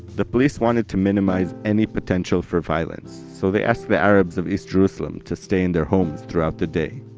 the police wanted to minimize any potential for violence, so they asked the arabs of east jerusalem to stay in their homes throughout the day.